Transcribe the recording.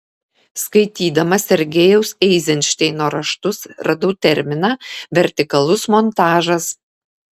skaitydama sergejaus eizenšteino raštus radau terminą vertikalus montažas